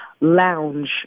lounge